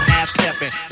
Half-stepping